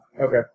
Okay